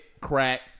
crack